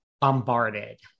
Bombarded